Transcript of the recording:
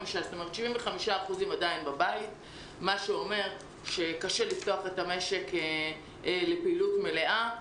75% עדיין בבית - מה שאומר שקשה לפתוח את המשק לפעילות מלאה.